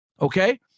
Okay